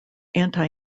anti